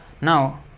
Now